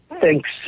Thanks